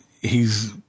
he's-